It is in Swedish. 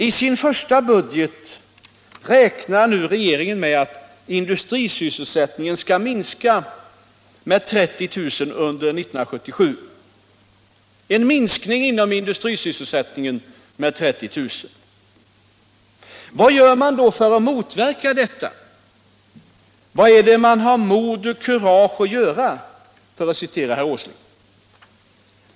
I sin första budget räknar nu regeringen med att industrisysselsättningen skall minska med 30 000 platser under år 1977. Vad gör man då för att motverka detta? Vad är det man har ”mod och kurage” att göra, för att citera herr Åsling?